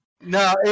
No